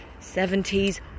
70s